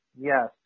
Yes